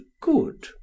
good